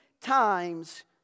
times